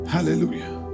Hallelujah